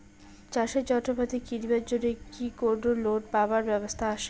চাষের যন্ত্রপাতি কিনিবার জন্য কি কোনো লোন পাবার ব্যবস্থা আসে?